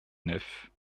neuf